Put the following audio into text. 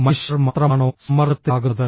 മനുഷ്യർ മാത്രമാണോ സമ്മർദ്ദത്തിലാകുന്നത്